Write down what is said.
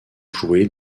joués